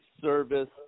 service